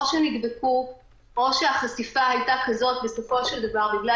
או שנדבקו או שהחשיפה הייתה כזאת בסופו של דבר בגלל